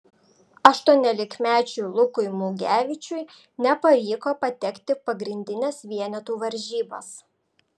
aštuoniolikmečiui lukui mugevičiui nepavyko patekti pagrindines vienetų varžybas